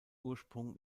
ursprung